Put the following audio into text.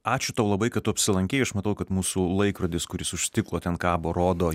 ačiū tau labai kad tu apsilankei aš matau kad mūsų laikrodis kuris už stiklo ten kabo rodo